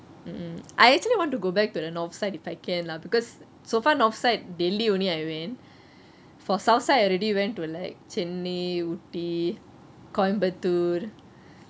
mm I actually want to go back to the north side if I can lah because so far north side delhi only I went for south side I already went to like chennai ooty coimbatore